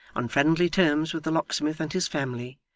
on friendly terms with the locksmith and his family,